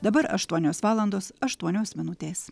dabar aštuonios valandos aštuonios minutės